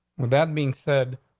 that being said,